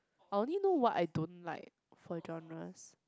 I only know what I don't like for genres